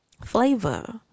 flavor